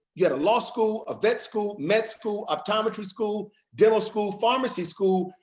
you had a law school, a vet school, med school, optometry school, demo school, pharmacy school.